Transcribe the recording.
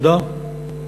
תודה.